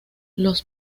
los